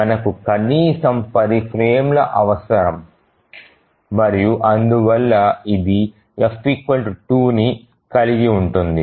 మనకు కనీసం 10 ఫ్రేమ్లు అవసరం మరియు అందువల్ల ఇది F 2 ని కలిగి ఉంటుంది